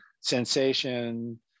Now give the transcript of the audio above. sensation